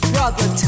Brother